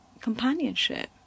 companionship